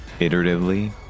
iteratively